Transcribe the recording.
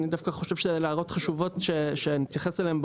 אני דווקא חושב שאלה הערות חשובות שנתייחס אליהן,